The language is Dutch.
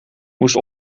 moest